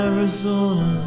Arizona